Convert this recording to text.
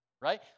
Right